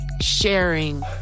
Sharing